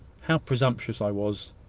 how presumptuous i was!